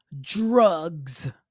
drugs